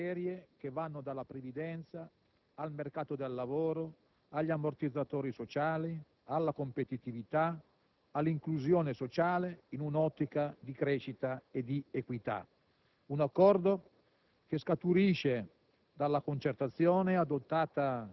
un provvedimento che riguarda una serie di materie che vanno dalla previdenza al mercato del lavoro, agli ammortizzatori sociali, alla competitività, all'inclusione sociale, in un'ottica di crescita e di equità. Nei